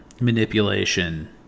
manipulation